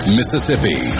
Mississippi